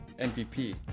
MVP